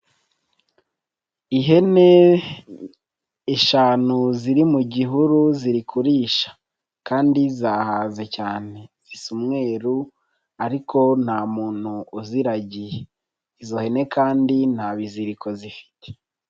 Ihene eshanu ziri mu gihuru ziri kurisha kandi zahaze cyane zisa umweru ariko nta muntu uziragiye, izo hene kandi nta biziriko zifite.